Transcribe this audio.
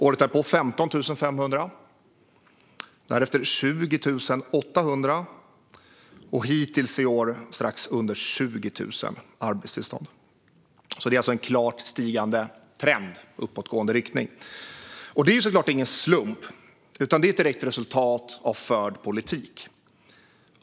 Året därpå var det 15 500, därefter 20 800 och hittills i år strax under 20 000. Det är alltså en klart stigande trend. Det är givetvis ingen slump utan ett direkt resultat av förd politik.